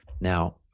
Now